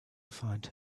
find